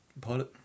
pilot